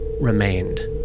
remained